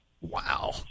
wow